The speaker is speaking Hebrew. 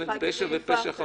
גם את פשע ופשע חמור.